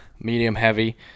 medium-heavy